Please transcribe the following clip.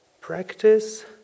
Practice